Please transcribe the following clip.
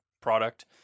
product